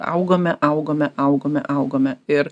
augome augome augome augome ir